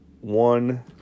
one